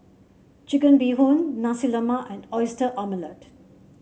Chicken Bee Hoon Nasi Lemak and Oyster Omelette